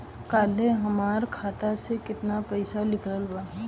काल्हे हमार खाता से केतना पैसा निकलल बा?